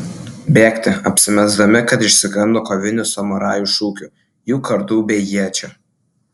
bėgti apsimesdami kad išsigando kovinių samurajų šūkių jų kardų bei iečių